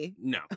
No